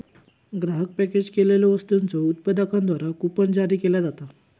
ग्राहक पॅकेज केलेल्यो वस्तूंच्यो उत्पादकांद्वारा कूपन जारी केला जाता